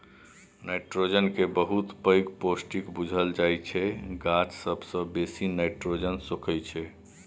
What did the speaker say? nitrogen केँ बहुत पैघ पौष्टिक बुझल जाइ छै गाछ सबसँ बेसी नाइट्रोजन सोखय छै